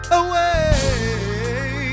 away